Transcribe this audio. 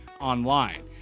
online